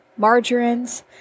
margarines